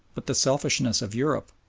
but the selfishness of europe,